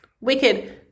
Wicked